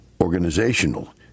organizational